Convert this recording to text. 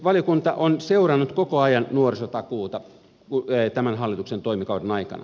valiokunta on seurannut koko ajan nuorisotakuuta tämän hallituksen toimikauden aikana